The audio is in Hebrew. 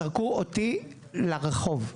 זרקו אותי לרחוב.